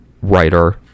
writer